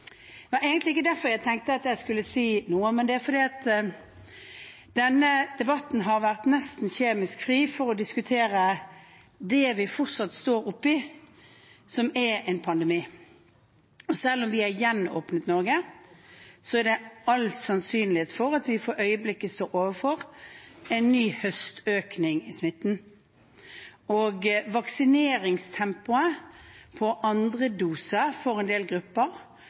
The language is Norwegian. Det var egentlig ikke derfor jeg tenkte at jeg skulle si noe. Det var fordi denne debatten har vært nesten kjemisk fri for å diskutere det vi fortsatt står oppe i, som er en pandemi. Selv om vi har gjenåpnet Norge, er det all sannsynlighet for at vi for øyeblikket står overfor en ny høstøkning i smitten. Vaksineringstempoet på andre dose for en del grupper,